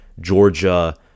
Georgia